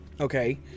okay